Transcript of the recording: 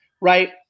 right